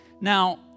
Now